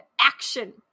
action